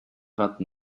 vingt